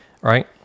right